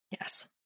Yes